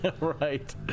Right